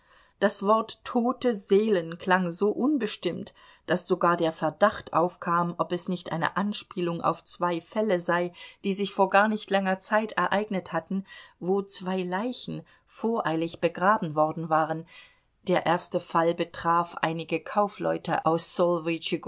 das wort tote seelen klang so unbestimmt daß sogar der verdacht aufkam ob es nicht eine anspielung auf zwei fälle sei die sich vor gar nicht langer zeit ereignet hatten wo zwei leichen voreilig begraben worden waren der erste fall betraf einige kaufleute aus